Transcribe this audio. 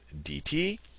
dt